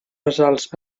ressalts